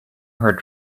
her